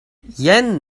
jen